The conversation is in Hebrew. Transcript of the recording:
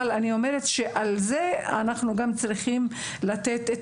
אבל אני אומרת שגם על זה אנחנו צריכים לתת את